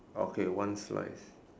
okay one slice